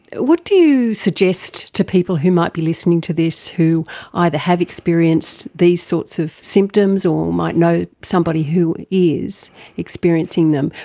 what do you suggest to people who might be listening to this who either have experienced these sorts of symptoms or might know somebody who is experiencing them?